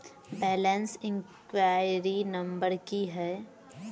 Balance enquiry number की है?